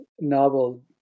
novel